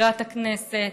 מזכירת הכנסת,